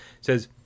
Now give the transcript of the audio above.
says